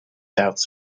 doubts